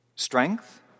Strength